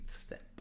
step